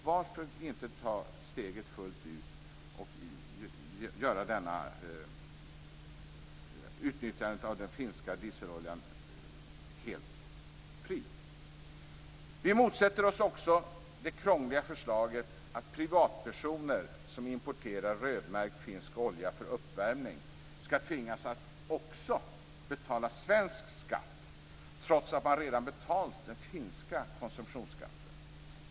Varför inte ta steget fullt ut och göra utnyttjandet av den finska dieseloljan helt fri? Vi motsätter oss också det krångliga förslaget att privatpersoner som importerar rödmärkt finsk olja för uppvärmning skall tvingas att också betala svensk skatt, trots att de redan betalt den finska konsumtionsskatten.